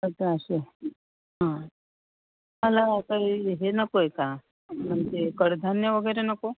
सतराशे हां तुम्हाला काही हे नको आहे का म्हणजे कडधान्य वगैरे नको